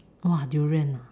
!wah! durian ah